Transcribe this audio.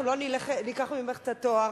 אנחנו לא ניקח ממך את התואר,